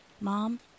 Mom